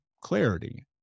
clarity